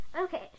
Okay